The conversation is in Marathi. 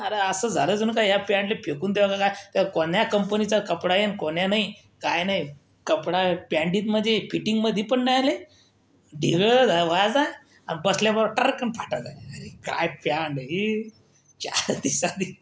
अरं असं झालं जणू काय या पॅन्टला फेकून द्यावं का काय हा कोण्या कंपनीचा कपडा आहे आणि कोण्या नाही काही नाही कपडा पॅंटीत म्हणजे फिटिंगमध्ये पण नाही आली ढिगळं व व्हायजा आणि बसल्यावर टरकन् फाटाला झाली काय प्यान्ट ही चार दिवसाची